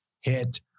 hit